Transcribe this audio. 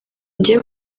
ngiye